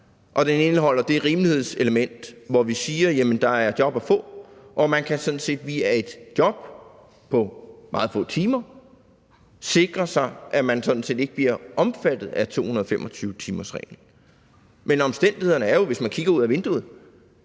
Og den indeholder et rimelighedselement, hvor vi siger: Jamen der er job at få, og man kan sådan set via et job på meget få timer sikre sig, at man ikke bliver omfattet af 225-timersreglen. Men omstændighederne, hvis man kigger ud ad vinduet,